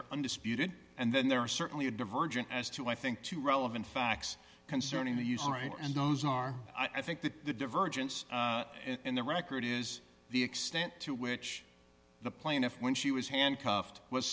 are undisputed and then there are certainly a divergent as to i think two relevant facts concerning the use all right and those are i think that the divergence in the record is the extent to which the plaintiff when she was handcuffed was